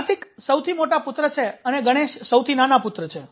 કાર્તિક સૌથી મોટા પુત્ર છે અને ગણેશ સૌથી નાના પુત્ર છે